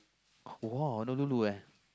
!wow! no Honolulu leh